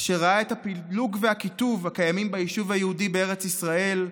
אשר ראה את הפילוג והקיטוב הקיימים ביישוב היהודי בארץ ישראל,